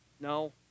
No